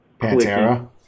pantera